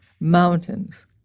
mountains